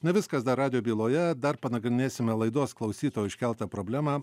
ne viskas dar radijo byloje dar panagrinėsime laidos klausytojų iškeltą problemą